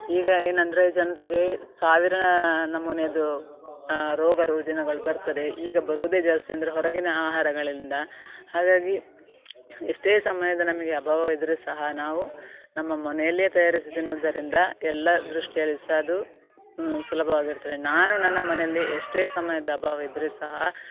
ಈಗ ಏನಂದರೆ ಜನರಿಗೆ ಸಾವಿರ ನಮೂನೆಯದು ರೋಗ ರುಜಿನಗಳು ಬರ್ತದೆ ಈಗ ಬರೋದೆ ಜಾಸ್ತಿ ಅಂದರೆ ಹೊರಗಿನ ಆಹಾರಗಳಿಂದ ಹಾಗಾಗಿ ಎಷ್ಟೇ ಸಮಯದ ನಮಗೆ ಅಭಾವ ಇದ್ರೂ ಸಹ ನಾವು ನಮ್ಮ ಮನೆಯಲ್ಲೇ ತಯಾರಿಸಿ ತಿನ್ನುವುದರಿಂದ ಎಲ್ಲ ದೃಷ್ಟಿಯಲ್ಲಿ ಸಹ ಅದು ಸುಲಭವಾಗಿರ್ತದೆ ನಾನು ನನ್ನ ಮನೆಯಲ್ಲಿ ಎಷ್ಟೇ ಸಮಯದ ಅಭಾವ ಇದ್ದರೂ ಸಹ